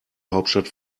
hauptstadt